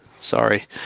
Sorry